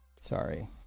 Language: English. Sorry